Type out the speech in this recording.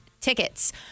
tickets